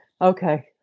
Okay